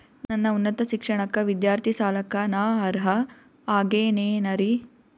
ನನ್ನ ಉನ್ನತ ಶಿಕ್ಷಣಕ್ಕ ವಿದ್ಯಾರ್ಥಿ ಸಾಲಕ್ಕ ನಾ ಅರ್ಹ ಆಗೇನೇನರಿ?